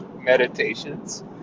meditations